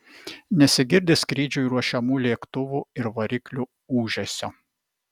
nesigirdi skrydžiui ruošiamų lėktuvų ir variklių ūžesio